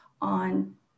on